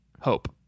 hope